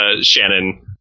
Shannon